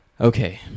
Okay